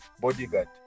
bodyguard